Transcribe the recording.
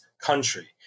country